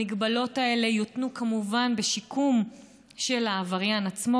המגבלות האלה יותנו כמובן בשיקום של העבריין עצמו,